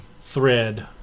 thread